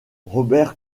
robert